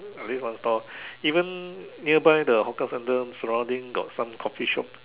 at least one stall even nearby the hawker centre surrounding got some Coffee shop